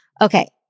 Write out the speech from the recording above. okay